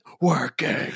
working